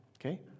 okay